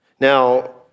Now